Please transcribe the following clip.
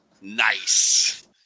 Nice